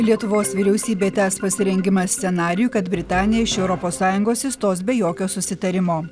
lietuvos vyriausybė tęs pasirengimą scenarijui kad britanija iš europos sąjungos išstos be jokio susitarimo